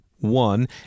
one